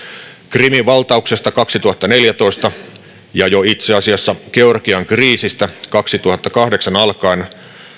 krimin valtauksesta kaksituhattaneljätoista ja jo itse asiassa georgian kriisistä kaksituhattakahdeksan alkaen